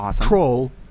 Troll